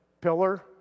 Pillar